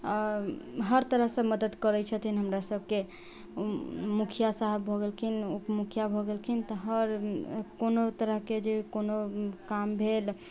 हर तरहसँ मदद करै छथिन हमरा सभके मुखिआ साहब भऽ गेलखिन उप मुखिआ भऽ गेलखिन तऽ हर कोनो तरहके जे कोनो काम भेल